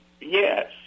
Yes